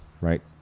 right